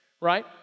right